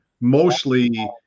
mostly